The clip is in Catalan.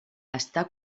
està